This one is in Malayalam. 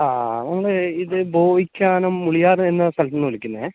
ആ നമ്മൾ ഇത് ബോയിക്കാനം ഉളിയാത് എന്ന സ്ഥലത്ത് നിന്ന് വിളിക്കുന്നത്